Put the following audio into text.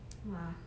!wah!